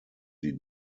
die